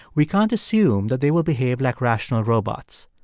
we can't assume that they will behave like rational robots.